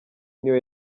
niyo